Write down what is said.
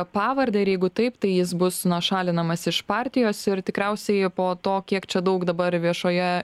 pavardę ir jeigu taip tai jis bus na šalinamas iš partijos ir tikriausiai po to kiek čia daug dabar viešoje